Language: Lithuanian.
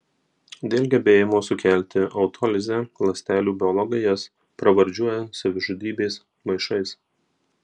dėl gebėjimo sukelti autolizę ląstelių biologai jas pravardžiuoja savižudybės maišais